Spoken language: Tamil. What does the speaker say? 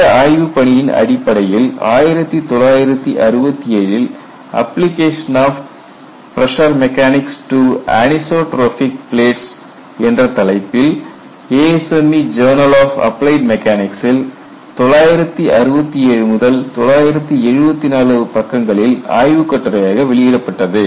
இந்த ஆய்வுப் பணியின் அடிப்படையில் அவரால் 1967 ல் "application of pressure mechanics to anisotropic plates " என்ற தலைப்பில் ASME ஜோனல் ஆஃப் அப்ளைட் மெக்கானிக்சில் 967 முதல் 974 பக்கங்களில் ஆய்வுக் கட்டுரையாக வெளியிடப்பட்டது